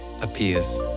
appears